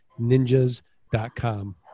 ninjas.com